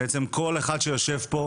כל אחד שיושב פה